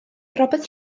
robert